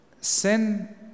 sin